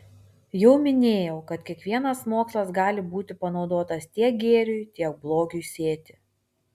jau minėjau kad kiekvienas mokslas gali būti panaudotas tiek gėriui tiek blogiui sėti